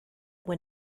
when